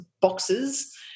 boxes